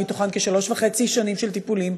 שמתוכן כשלוש וחצי שנים של טיפולים,